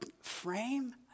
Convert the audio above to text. frame